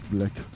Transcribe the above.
Black